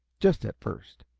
just at first.